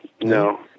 no